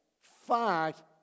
fact